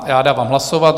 Já dávám hlasovat.